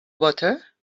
butter